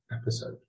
episode